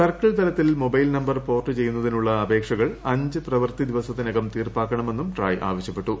circle തലത്തിൽ mobile number port ചെയ്യുന്നതിനുള്ള അപേക്ഷകൾ അഞ്ച് പ്രവൃത്തി ദിവസത്തിനകം തീർപ്പാക്കണമെന്നും ട്രായ് ആവശ്യപ്പെട്ടു